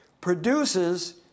produces